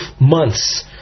months